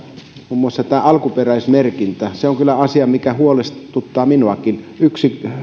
muun muassa tämän alkuperäismerkinnän se on kyllä asia mikä huolestuttaa minuakin yksi